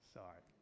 Sorry